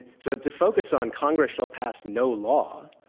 so to focus on congress shall pass no law,